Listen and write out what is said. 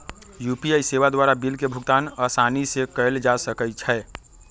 UPI सेवा द्वारा bill के भुगतान असानी से कएल जा सकइ छै